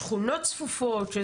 שכונות צפופות,